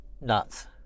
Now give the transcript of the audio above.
Nuts